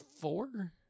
four